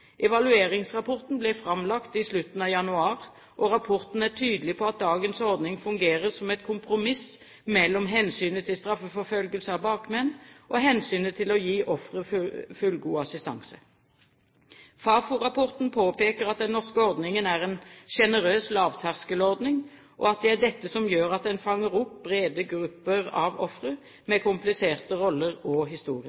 Evalueringsrapporten ble framlagt i slutten av januar. Rapporten er tydelig på at dagens ordning fungerer som et kompromiss mellom hensynet til straffeforfølgelse av bakmenn og hensynet til å gi ofre fullgod assistanse. Fafo-rapporten påpeker at den norske ordningen er en sjenerøs lavterskelordning, og at det er dette som gjør at den fanger opp brede grupper av ofre,